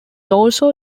also